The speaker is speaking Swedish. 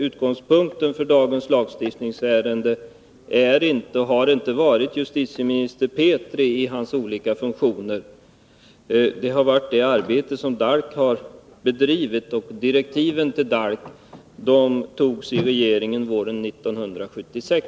Utgångspunkten för dagens lagstiftningsärende är inte — och har inte varit — justitieminister Petri i hans olika funktioner, utan det arbete som DALK har bedrivit, och direktiven till DALK beslöts i regeringen på våren 1976.